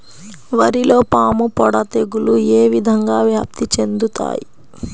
వరిలో పాముపొడ తెగులు ఏ విధంగా వ్యాప్తి చెందుతాయి?